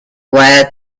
via